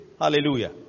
Hallelujah